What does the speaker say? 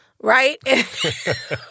Right